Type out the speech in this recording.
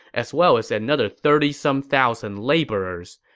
as well as another thirty some thousand laborers.